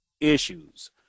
issues